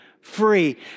free